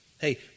Hey